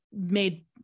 made